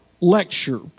lecture